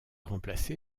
remplacé